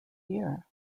dear